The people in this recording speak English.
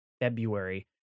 February